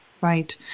Right